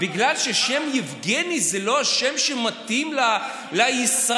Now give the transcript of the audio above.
בגלל שהשם יבגני הוא לא שם שמתאים לישראליות?